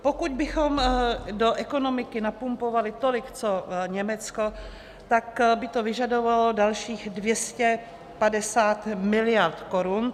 Pokud bychom do ekonomiky napumpovali tolik co Německo, tak by to vyžadovalo dalších 250 miliard korun.